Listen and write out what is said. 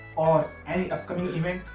or any upcoming event.